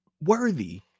worthy